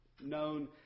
known